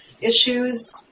issues